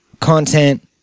content